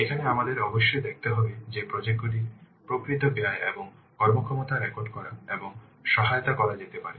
এখানে আমাদের অবশ্যই দেখতে হবে যে প্রজেক্ট গুলির প্রকৃত ব্যয় এবং কর্মক্ষমতা রেকর্ড করা এবং সহায়তা করা যেতে পারে